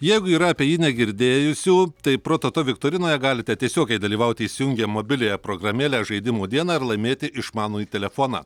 jeigu yra apie jį negirdėjusių tai prototo viktorinoje galite tiesiogiai dalyvauti įsijungę mobiliąją programėlę žaidimo dieną ir laimėti išmanųjį telefoną